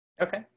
Okay